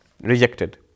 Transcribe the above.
rejected